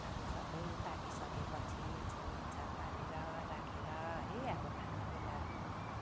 अब सबै पाकिसकेपछि छोपछाप पारेर राखेर है अब खाने बेला